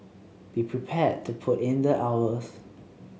be prepared to put in the hours